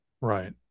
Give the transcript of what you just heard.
Right